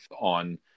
on